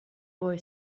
boy